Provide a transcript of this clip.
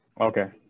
Okay